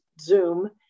Zoom